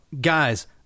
guys